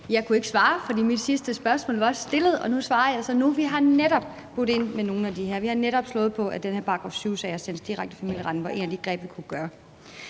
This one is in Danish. jeg havde stillet mit sidste spørgsmål, og nu svarer jeg så: Vi har netop budt ind med nogle af de her ting; vi har netop slået på, at det, at § 7-sager sendes direkte i familieretten, var et af de greb, vi kunne bruge.